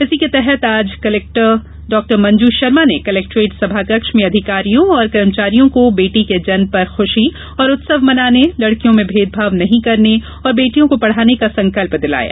इसी के तहत आज कलेक्टर डॉमंजू शर्मा ने कलेक्ट्रेट सभाकक्ष में अधिकारियों एवं कर्मचारियों को बेटी के जन्म पर खुशी एवं उत्सव मनाने लेडकियों में भेदभाव नहीं करने और बेटियों को पढाने का संकल्प दिलाया